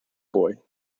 boy